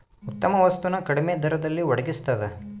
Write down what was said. ಉತ್ತಮ ವಸ್ತು ನ ಕಡಿಮೆ ದರದಲ್ಲಿ ಒಡಗಿಸ್ತಾದ